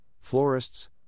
florists